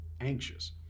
anxious